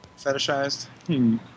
Fetishized